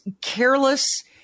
careless